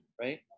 right